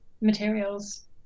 materials